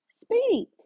speak